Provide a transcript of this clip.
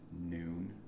noon